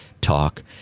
Talk